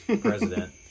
president